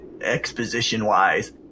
exposition-wise